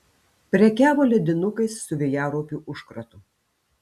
prekiavo ledinukais su vėjaraupių užkratu